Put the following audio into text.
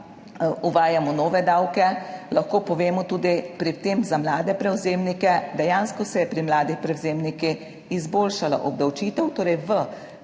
uvajamo nove davke. Lahko povemo tudi, pri tem za mlade prevzemnike, dejansko se je pri mladih prevzemnikih izboljšala obdavčitev, torej v